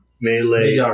Melee